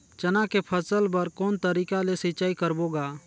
चना के फसल बर कोन तरीका ले सिंचाई करबो गा?